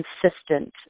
consistent